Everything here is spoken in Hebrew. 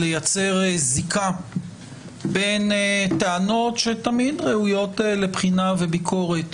לייצר זיקה בין טענות שהן תמיד ראויות לבחינה וביקורת